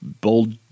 bold